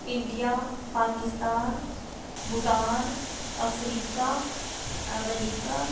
India Pakistan Bhutan Africa America